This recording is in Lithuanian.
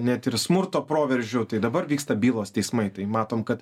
net ir smurto proveržių tai dabar vyksta bylos teismai tai matom kad